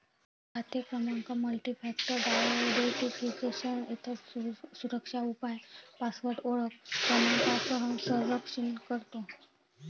खाते क्रमांक multifactor identification, इतर सुरक्षा उपाय पासवर्ड ओळख क्रमांकासह संरक्षित करतो